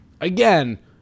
Again